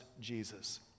Jesus